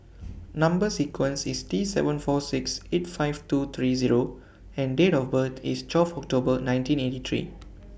Number sequence IS T seven four six eight five two three Zero and Date of birth IS twelve October nineteen eighty three